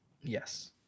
Yes